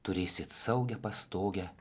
turėsit saugią pastogę